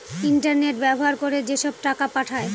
internet ব্যবহার করে যেসব টাকা পাঠায়